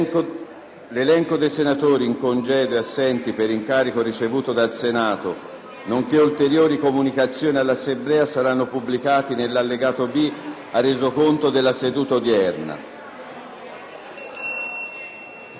L'elenco dei senatori in congedo e assenti per incarico ricevuto dal Senato nonché ulteriori comunicazioni all'Assemblea saranno pubblicati nell'allegato B al Resoconto della seduta odierna.